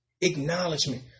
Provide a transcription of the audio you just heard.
Acknowledgement